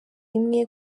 imwe